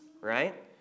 right